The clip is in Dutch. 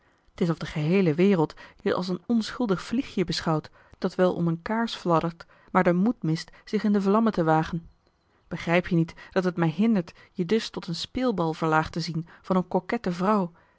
t is of de geheele wereld je als een onschuldig vliegje beschouwt dat wel om een kaars fladdert maar den moed mist zich in de vlammen te wagen begrijp je niet dat het mij hindert je dus tot den speelbal verlaagd te zien van een coquette vrouw